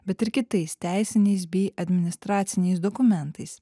bet ir kitais teisiniais bei administraciniais dokumentais